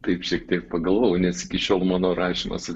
taip šiek tiek pagalvojau nes iki šiol mano rašymas